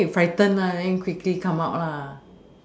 then you frightened then you quickly come out lah